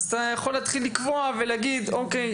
אתה יכול להתחיל לקבוע ולהגיד: אוקיי,